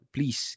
Please